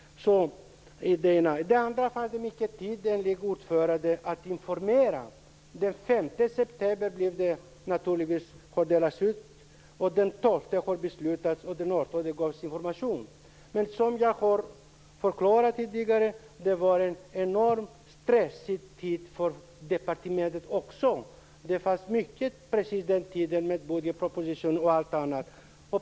Enligt utskottets ordförande fanns det mycket tid att informera. Den 5 september har det skickats ut, den 12 september fattades beslutet och den 18 september gavs information. Som jag tidigare förklarat var det en enormt stressig tid för departementet med budgetpropositionen och allt annat.